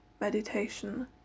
meditation